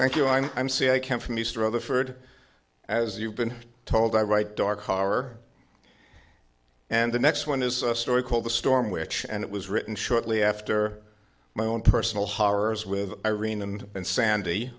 thank you i'm i'm see i come from east rutherford as you've been told i write dark horror and the next one is a story called the storm which and it was written shortly after my own personal horrors with irene and